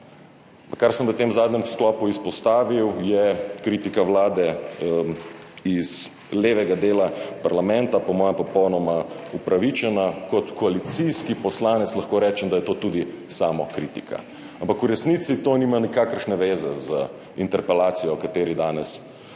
v tem zadnjem sklopu, je kritika Vlade z levega dela parlamenta po mojem popolnoma upravičena. Kot koalicijski poslanec lahko rečem, da je to tudi samokritika, ampak v resnici to nima nikakršne zveze z interpelacijo, o kateri danes